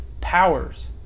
powers